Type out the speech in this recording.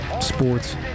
Sports